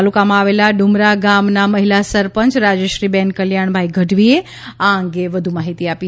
તાલુકામા આવેલા ડુમરા ગામ ના મહિલા સરપંચ રાજ્ય્રીબેન કલ્યાણભાઈ ગઢવીએ આ અંગે વધુ માહિતી આપી